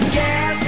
gas